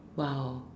!wow!